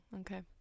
Okay